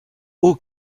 haut